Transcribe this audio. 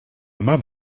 mam